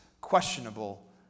questionable